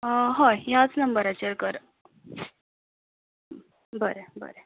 हय ह्याच नंबराचेर कर बरें बरें